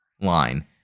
line